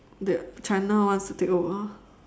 the china wants to take over